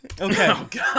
Okay